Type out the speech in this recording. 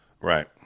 Right